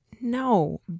No